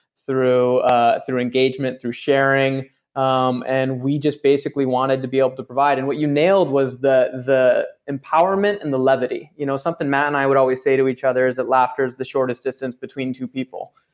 through ah through engagement, through sharing um and we just basically wanted to be able to provide. and what you nailed was the the empowerment, and the levity. you know something matt and i would always say to each other is that laughter is the shortest distance between two people.